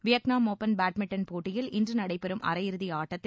Vietnam open badminton போட்டியில் இன்று நடைபெறும் அரையிறுதி ஆட்டத்தில்